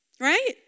Right